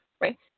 right